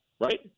Right